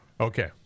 okay